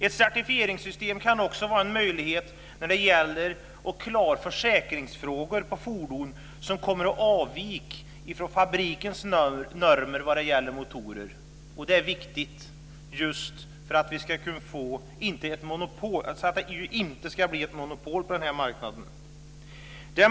Ett certifieringssystem kan också vara en möjlighet när det gäller att klara försäkringsfrågor för fordon som kommer att avvika från fabrikens normer för motorer. Det är viktigt för att det inte ska bli ett monopol på den här marknaden.